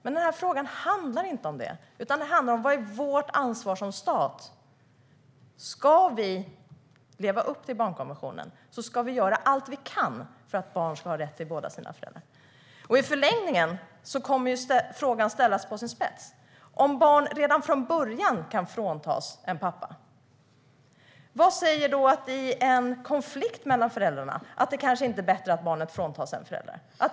Men den här frågan handlar inte om det utan om vårt ansvar som stat. Om vi ska leva upp till barnkonventionen ska vi göra allt vi kan för att barn ska ha rätt till båda sina föräldrar. I förlängningen kommer frågan att ställas på sin spets. Om barn redan från början kan fråntas en pappa, vad säger då att det inte är bättre att barnet fråntas en förälder vid en konflikt mellan föräldrarna?